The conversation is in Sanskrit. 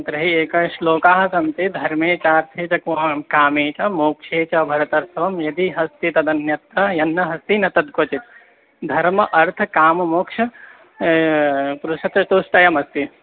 तर्हि एकः श्लोकाः सन्ति धर्मे चार्थे च क्वा कामे च मोक्षे च भरतर्षभ यदिहस्ति तदन्यत्र यन्नहस्ति न तद् क्वचित् धर्मः अर्थः कामः मोक्ष पुरुषचतुष्टयमस्ति